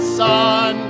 son